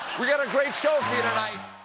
got a great show for you tonight!